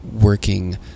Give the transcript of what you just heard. working